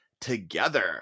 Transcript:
together